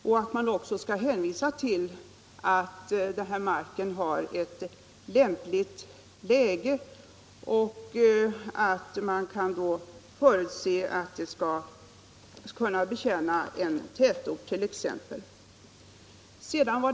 Man skall också kunna visa att marken har ett lämpligt läge och att den kommer att kunna betjäna exempelvis en tätort.